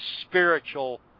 spiritual